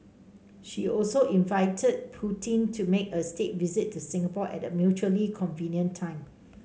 she also invited Putin to make a state visit to Singapore at a mutually convenient time